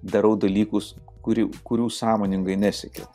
darau dalykus kurių kurių sąmoningai nesiekiau